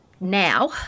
Now